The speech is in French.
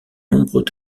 nombreux